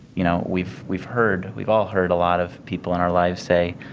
you know, we've we've heard we've all heard a lot of people in our lives say,